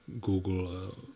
Google